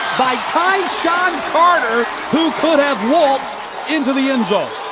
by kind of carter who could have waltzed into the end zone!